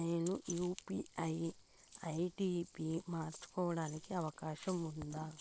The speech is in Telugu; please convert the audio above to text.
నేను యు.పి.ఐ ఐ.డి పి మార్చుకోవడానికి అవకాశం ఉందా?